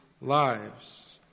lives